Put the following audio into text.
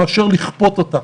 מאשר לכפות אותה.